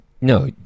No